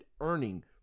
earning